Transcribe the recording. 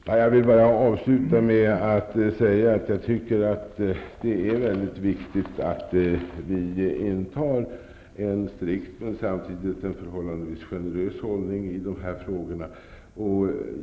Fru talman! Jag vill bara avsluta med att säga att det är mycket viktigt att vi intar en strikt men samtidigt förhållandevis generös hållning i dessa frågor.